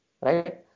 right